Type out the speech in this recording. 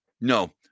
No